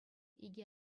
икӗ